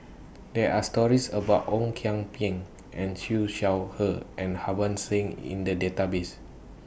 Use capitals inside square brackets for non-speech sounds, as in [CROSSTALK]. There Are stories [NOISE] about Ong Kian Peng and Siew Shaw Her and Harbans Singh in The Database